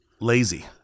lazy